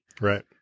Right